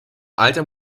alter